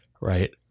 right